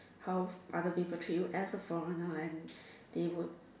how other people treat you as a foreigner and they would